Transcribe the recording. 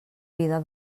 vida